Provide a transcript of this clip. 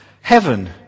Heaven